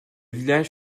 village